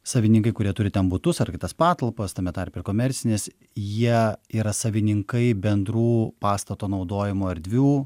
savininkai kurie turi ten butus ar kitas patalpas tame tarpe komercinės jie yra savininkai bendrų pastato naudojimo erdvių